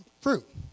fruit